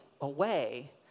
away